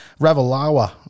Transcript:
Ravalawa